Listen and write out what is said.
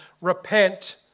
Repent